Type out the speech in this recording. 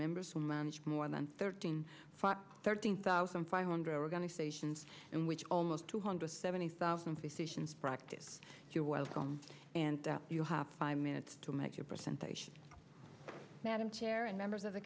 members who manage more than thirteen thirteen thousand five hundred we're going to say sions and which almost two hundred seventy thousand physicians practice your welcome and you hop five minutes to make your percentage madam chair and members of the